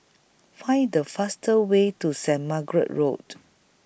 Find The fastest Way to Saint Margaret's Road